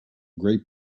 great